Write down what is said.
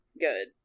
good